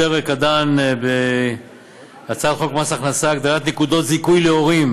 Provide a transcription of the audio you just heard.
הפרק הדן בהצעת חוק מס הכנסה (הגדלת נקודות זיכוי להורים)